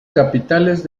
capiteles